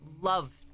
love